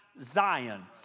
Zion